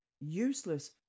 useless